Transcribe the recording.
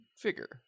figure